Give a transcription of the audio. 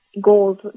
goals